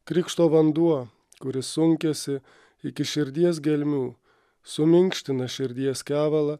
krikšto vanduo kuris sunkiasi iki širdies gelmių suminkština širdies kevalą